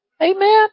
Amen